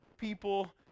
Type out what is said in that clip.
people